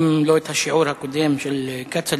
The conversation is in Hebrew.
גם לא את השיעור הקודם של כצל'ה,